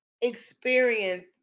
experience